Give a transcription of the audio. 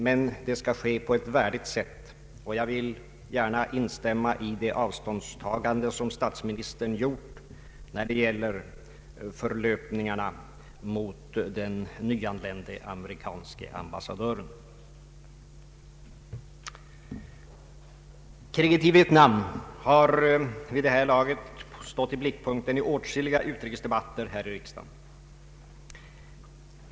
Men det skall ske på ett värdigt sätt, och jag vill gärna instämma i det avståndstagande som statsministern gjort när det gäller förlöpningarna mot den nyanlände amerikanske ambassadören. Kriget i Vietnam har vid det här laget stått i blickpunkten i åtskilliga utrikesdebatter här i riksdagen.